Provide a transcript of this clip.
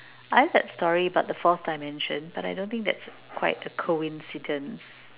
I have had story about the fourth dimension but I don't think that's quite a coincidence